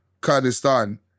Kurdistan